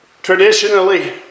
Traditionally